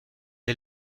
est